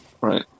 Right